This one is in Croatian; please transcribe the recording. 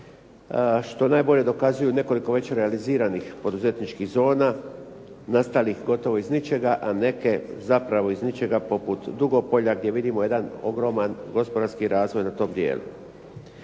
što najbolje dokazuju nekoliko već realiziranih poduzetničkih zona nastalih gotovo iz ničega, a neke zapravo iz ničega poput Dugopolja gdje vidimo jedan ogroman gospodarski razvoj za to vrijeme.